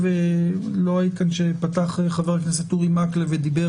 לא היית כאן כשפתח חבר הכנסת אורי מקלב ודיבר